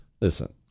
listen